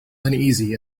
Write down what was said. uneasy